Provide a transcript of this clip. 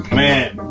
man